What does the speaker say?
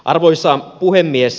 arvoisa puhemies